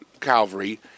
Calvary